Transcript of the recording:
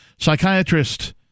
Psychiatrist